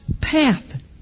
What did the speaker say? path